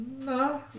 No